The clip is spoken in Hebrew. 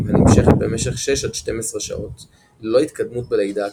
הנמשכת במשך 6–12 שעות ללא התקדמות בלידה עצמה,